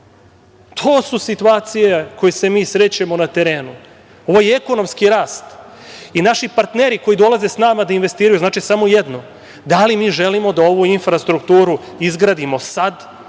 su situacije koje mi srećemo na terenu. Ovo je ekonomski rast. Naši partneri koji dolaze sa nama da investiraju znači samo jedno. Da li mi želimo da ovu infrastrukturu izgradimo sad,